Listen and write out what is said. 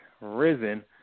risen